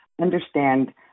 understand